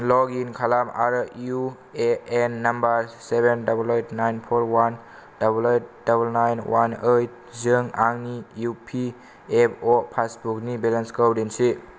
log in खालाम आरो UAN number seven double eight nine पर one double eight double nine one eight जों आंनि इउपिएफअ पासबुकनि बेलेन्सखौ दिन्थि